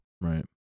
Right